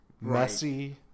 messy